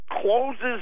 closes